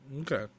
Okay